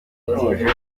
ntuje